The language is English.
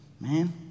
man